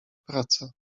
praca